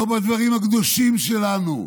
לא בדברים הקדושים לנו,